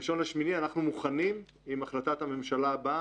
אנחנו מוכנים עם החלטת הממשלה הבאה,